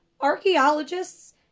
Archaeologists